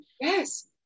yes